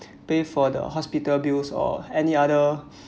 pay for the hospital bills or any other